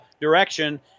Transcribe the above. direction